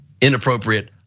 inappropriate